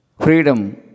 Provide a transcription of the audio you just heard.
Freedom